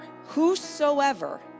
whosoever